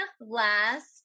last